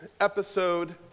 episode